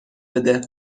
بده